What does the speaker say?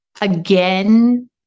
again